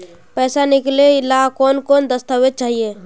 पैसा निकले ला कौन कौन दस्तावेज चाहिए?